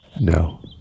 No